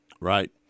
Right